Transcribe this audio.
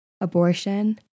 abortion